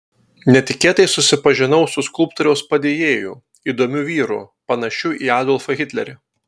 netikėtai susipažinau su skulptoriaus padėjėju įdomiu vyru panašiu į adolfą hitlerį